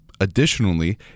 Additionally